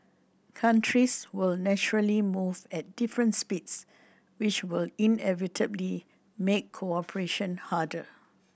countries will naturally move at different speeds which will inevitably make cooperation harder